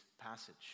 passage